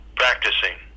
practicing